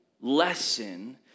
lesson